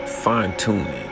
Fine-tuning